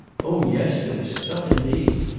oh yes, there was stuff indeed,